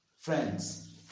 Friends